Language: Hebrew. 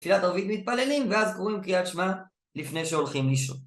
תפילת ערבית מתפללים ואז קוראים קריאת שמע לפני שהולכים לישון.